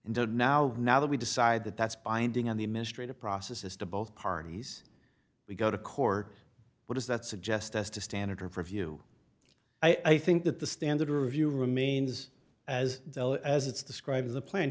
and don't now now that we decide that that's binding on the administrative processes to both parties we go to court what does that suggest as to standard of review i think that the standard review remains as well as it's described in the plan